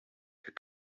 как